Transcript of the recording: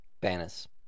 Banners